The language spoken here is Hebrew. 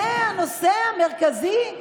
זה הנושא המרכזי?